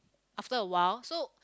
after a while so